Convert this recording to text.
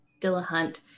Dillahunt